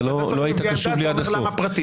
אתה אומר: למה פרטית?